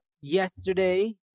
yesterday